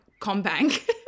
Combank